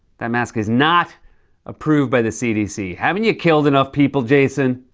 that mask is not approved by the cdc. haven't you killed enough people, jason?